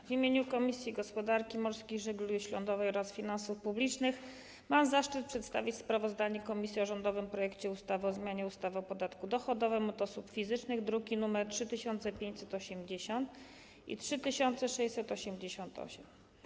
W imieniu Komisji Gospodarki Morskiej i Żeglugi Śródlądowej oraz Komisji Finansów Publicznych mam zaszczyt przedstawić sprawozdanie o rządowym projekcie ustawy o zmianie ustawy o podatku dochodowym od osób fizycznych, druki nr 3580 i 3688.